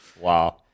Wow